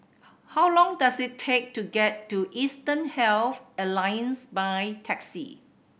how long does it take to get to Eastern Health Alliance by taxi